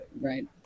Right